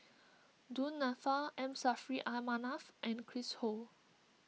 Du Nanfa M Saffri A Manaf and Chris Ho